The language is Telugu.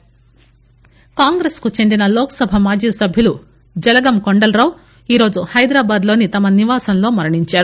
డైడ్ కాంగ్రెస్ కు చెందిన లోక్ సభ మాజీ సభ్వులు జలగం కొండలరావు ఈరోజు హైదరాబాద్ లోని తమ నివాసంలో మరణించారు